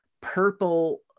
purple